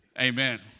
Amen